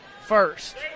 first